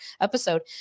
episode